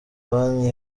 banki